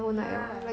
yeah